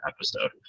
episode